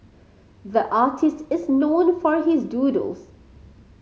the artist is known for his doodles